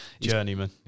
Journeyman